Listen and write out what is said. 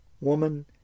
woman